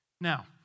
Now